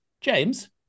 James